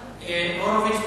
חבר הכנסת הורוביץ?